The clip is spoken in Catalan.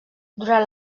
durant